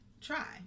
try